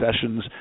sessions